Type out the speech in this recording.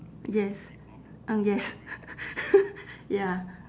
yes uh yes ya